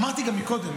אמרתי גם קודם,